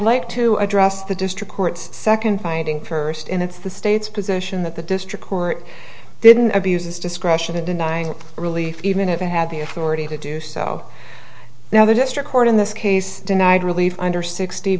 like to address the district court second fighting for east and it's the state's position that the district court didn't abuse its discretion in denying relief even if i had the authority to do so now the district court in this case denied relief under sixty